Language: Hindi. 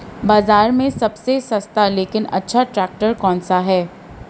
बाज़ार में सबसे सस्ता लेकिन अच्छा ट्रैक्टर कौनसा है?